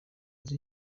nzu